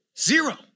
Zero